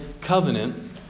covenant